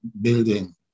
building